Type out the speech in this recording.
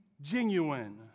genuine